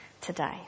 today